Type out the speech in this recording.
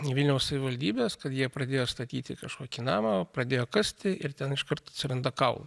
vilniaus savivaldybės kad jie pradėjo statyti kažkokį namą pradėjo kasti ir ten iškart atsiranda kaulų